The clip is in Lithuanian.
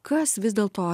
kas vis dėlto